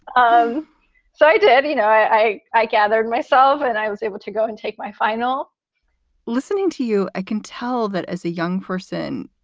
um so i did. you know, i i gathered myself and i was able to go and take my final listening to you i can tell that as a young person,